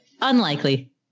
unlikely